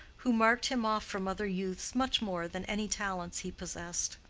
who marked him off from other youths much more than any talents he possessed.